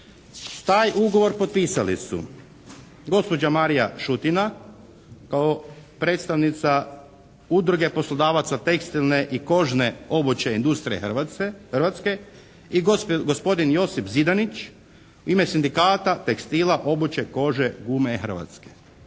Taj ugovor potpisali su gospođa Marija Šutina predstavnica udruge poslodavaca tekstilne i kožne obuće industrije hrvatske i gospodin Josip Zidanić u ime sindikata tekstila obuće, kože, gume hrvatske.